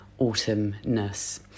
autumnness